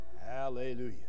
hallelujah